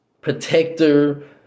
protector